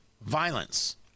violence